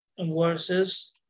verses